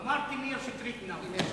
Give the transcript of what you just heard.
אמרתי, מאיר שטרית מינה אותו.